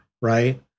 Right